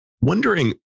wondering